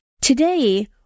Today